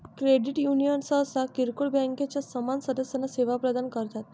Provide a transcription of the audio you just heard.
credit union सहसा किरकोळ बँकांच्या समान सदस्यांना सेवा प्रदान करतात